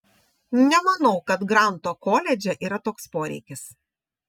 nemanau kad granto koledže yra toks poreikis